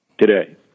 today